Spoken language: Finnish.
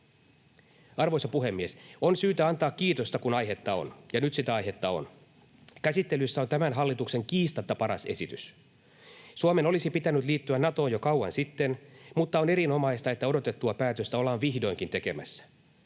Arvoisa puhemies! On syytä antaa kiitosta, kun aihetta on, ja nyt sitä aihetta on. Käsittelyssä on tämän hallituksen kiistatta paras esitys. Suomen olisi pitänyt liittyä Natoon jo kauan sitten, mutta on erinomaista, että odotettua päätöstä ollaan vihdoinkin tekemässä.